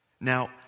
now